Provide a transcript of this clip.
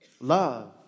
Love